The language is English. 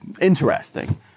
interesting